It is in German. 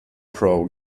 pro